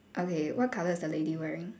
okay what colour is the lady wearing